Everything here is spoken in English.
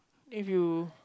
if you